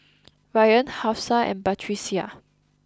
Ryan Hafsa and Batrisya